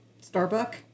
Starbuck